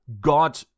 God